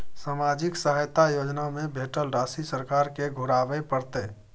सामाजिक सहायता योजना में भेटल राशि सरकार के घुराबै परतै?